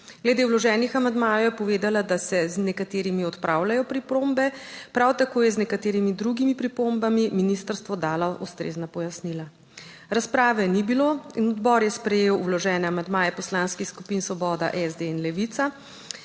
Glede vloženih amandmajev je povedala, da se z nekaterimi odpravljajo pripombe, prav tako je z nekaterimi drugimi pripombami ministrstvo dalo ustrezna pojasnila. Razprave ni bilo in odbor je sprejel vložene amandmaje poslanskih skupin Svoboda, SD in Levica.